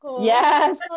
yes